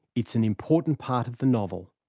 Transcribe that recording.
it's an important part of the novel.